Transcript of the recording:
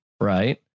right